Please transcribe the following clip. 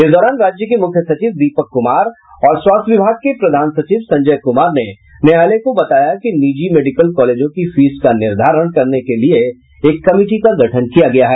इस दौरान राज्य के मुख्य सचिव दीपक कुमार और स्वास्थ्य विभाग के प्रधान सचिव संजय कुमार ने न्यायालय को बताया कि निजी मेडिकल कॉलेजों की फीस का निर्धारण करने के लिए एक कमिटी का गठन किया गया है